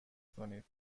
کنید